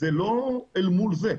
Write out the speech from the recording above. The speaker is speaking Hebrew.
זה לא אל מול זה.